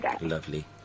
Lovely